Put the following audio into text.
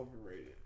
overrated